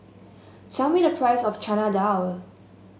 tell me the price of Chana Dal